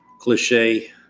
cliche